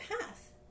path